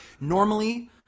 normally